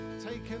taken